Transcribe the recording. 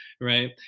Right